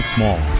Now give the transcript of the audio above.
Small